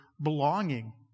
belonging